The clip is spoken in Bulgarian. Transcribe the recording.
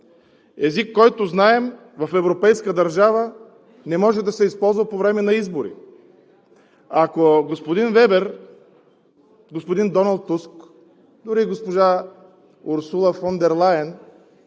език, който знаем, в европейска държава не може да се използва по време на избори. Ако господин Вебер, господин Доналд Туск, дори и госпожа Урсула фон дер Лайен